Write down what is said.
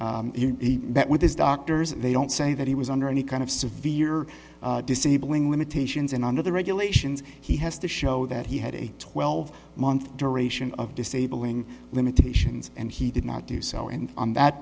bedridden with his doctors they don't say that he was under any kind of severe disabling limitations and under the regulations he has to show that he had a twelve month duration of disabling limitations and he did not do so and on that